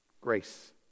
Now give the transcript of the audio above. grace